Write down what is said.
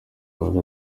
yavuze